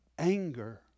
Anger